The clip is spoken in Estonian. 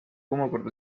omakorda